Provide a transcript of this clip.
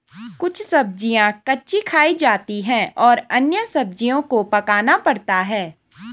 कुछ सब्ज़ियाँ कच्ची खाई जा सकती हैं और अन्य सब्ज़ियों को पकाना पड़ता है